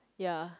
ya